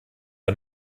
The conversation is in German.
der